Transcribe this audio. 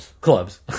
clubs